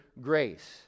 grace